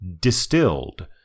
Distilled